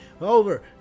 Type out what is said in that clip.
over